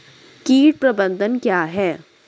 कीट प्रबंधन क्या है?